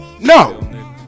No